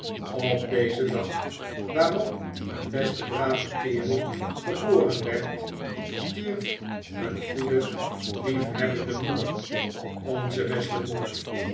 op dezen dag waarop een beste brave kerel geboren werd stierf een goede liefhebbende moeder onze beste moeder